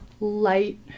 light-